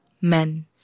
Men